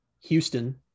Houston